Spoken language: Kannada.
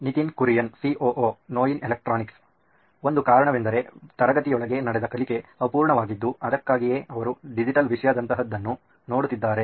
ನಿತಿನ್ ಕುರಿಯನ್ ಸಿಒಒ ನೋಯಿನ್ ಎಲೆಕ್ಟ್ರಾನಿಕ್ಸ್ ಒಂದು ಕಾರಣವೆಂದರೆ ತರಗತಿಯೊಳಗೆ ನಡೆದ ಕಲಿಕೆ ಅಪೂರ್ಣವಾಗಿದ್ದು ಅದಕ್ಕಾಗಿಯೇ ಅವರು ಡಿಜಿಟಲ್ ವಿಷಯದಂತಹದನ್ನು ನೋಡುತ್ತಿದ್ದಾರೆ